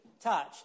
touch